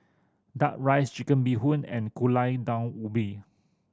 Duck Rice Chicken Bee Hoon and Gulai Daun Ubi